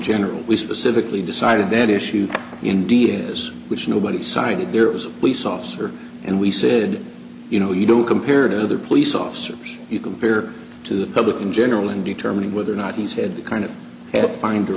general we specifically decided that issue india's which nobody cited there was a police officer and we said you know you don't compare to other police officers you compare to the public in general in determining whether or not he's had the kind of